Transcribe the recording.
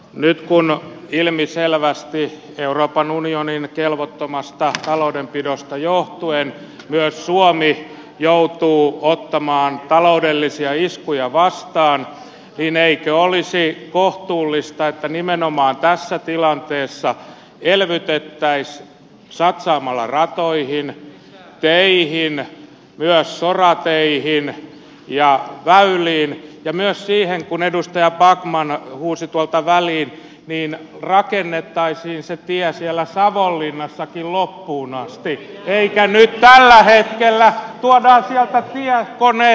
nyt kun ilmiselvästi euroopan unionin kelvottomasta taloudenpidosta johtuen myös suomi joutuu ottamaan taloudellisia iskuja vastaan eikö olisi kohtuullista että nimenomaan tässä tilanteessa elvytettäisiin satsaamalla ratoihin teihin myös sorateihin ja väyliin ja myös siihen edustaja backman huusi tuolta väliin että rakennettaisiin se tie siellä savonlinnassakin loppuun asti eikä niin kuin nyt tällä hetkellä kun tuodaan sieltä tiekoneet pois